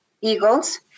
eagles